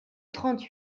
trente